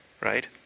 Right